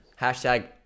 Hashtag